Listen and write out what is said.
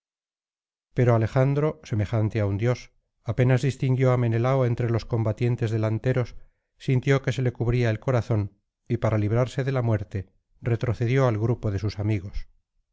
pero alejandro semejante á un dios apenas distinguió á menelao entre los combatientes delanteros sintió que se le cubría el corazón y para librarse de la muerte retrocedió al grupo de sus amigos